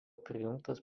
prijungtas